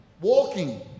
walking